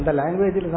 language